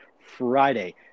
Friday